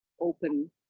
open